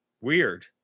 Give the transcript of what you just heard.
Weird